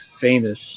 famous